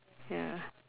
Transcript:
ya